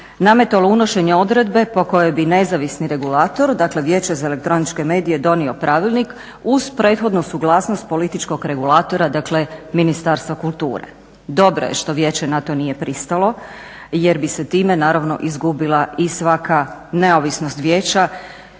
nametalo unošenje odredbe po kojoj bi nezavisni regulator dakle vijeće za elektroničke medije donio pravilnik uz prethodnu suglasnost političkog regulatora, dakle Ministarstva kulture. Dobro je što vijeće na to nije pristalo jer bi se time naravno izgubila i svaka neovisnost vijeća,